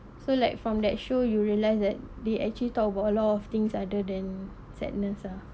so like from that show you realised that they actually talk about a lot of things other than sadness ah